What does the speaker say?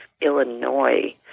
Illinois